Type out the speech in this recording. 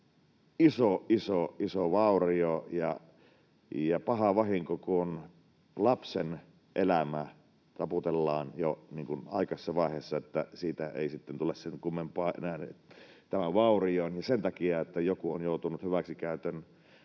iso vaurio ja paha vahinko, kun lapsen elämä taputellaan jo aikaisessa vaiheessa, niin että siitä ei sitten tule sen kummempaa enää sen takia, että joku on joutunut hyväksikäytön